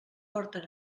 porten